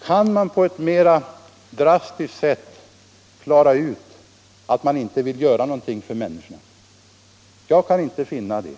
Kan man på ett mera drastiskt sätt visa att man inte vill göra någonting för människorna? Jag kan inte finna det.